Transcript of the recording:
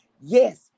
Yes